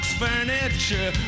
furniture